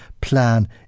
plan